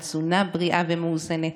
על תזונה בריאה ומאוזנת.